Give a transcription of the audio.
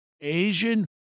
Asian